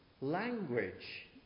language